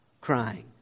crying